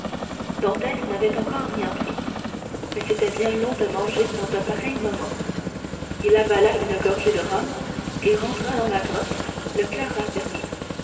n'avait encore rien pris mais c'était bien long de manger dans un pareil moment il avala une gorgée de rhum et rentra dans la grotte le coeur raffermi